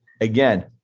Again